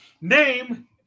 Name